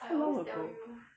so long ago